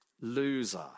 loser